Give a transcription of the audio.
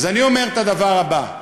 אז אני אומר את הדבר הבא: